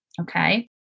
Okay